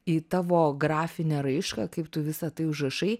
į tavo grafinę raišką kaip tu visa tai užrašai